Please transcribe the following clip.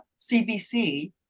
CBC